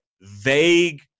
vague